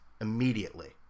immediately